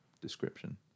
description